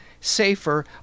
safer